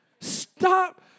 stop